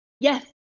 yes